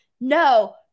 no